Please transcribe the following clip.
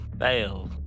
Fail